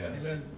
Yes